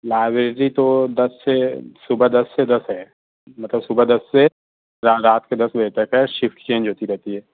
library تو دس سے صبح دس سے دس ہے مطلب صبح دس سے ر رات کے دس بجے تک ہے شفٹ چینج ہوتی رہتی ہے